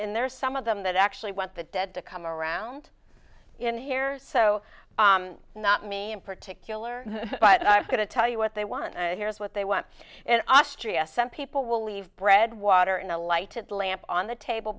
in there some of them that actually want the dead to come around in here so not me in particular but i'm going to tell you what they want here's what they want and austria some people will leave bread water in a lighted lamp on the table